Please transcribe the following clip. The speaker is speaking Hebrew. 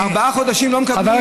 ארבעה חודשים לא מקבלים,